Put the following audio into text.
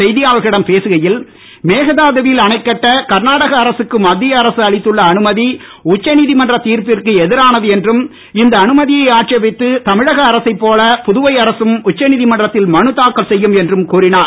செய்தியாளர்களிடம் பேசுகையில் மேகதாதுவில் அணைக்கட்ட கர்நாடக அரசுக்கு மத்திய அரசு அளித்துள்ள அனுமதி உச்சநீதிமன்ற தீர்ப்பிற்கு எதிரானது என்றும் இந்த அனுமதியை ஆட்சேபித்து தமிழக அரசைப் போல புதுவை அரசு உச்சநீதிமன்றத்தில் மனு தாக்கல் செய்யும் என்றும் கூறினார்